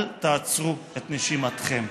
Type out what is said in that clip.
אל תעצרו את נשימתכם.